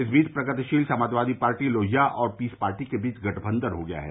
इस बीच प्रगतिशील समाजवादी पार्टी लोहिया और पीस पार्टी के बीच गठबंघन हो गया है